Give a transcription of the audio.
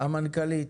המנכ"לית.